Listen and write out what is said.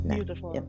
Beautiful